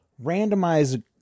randomize